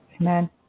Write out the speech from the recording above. Amen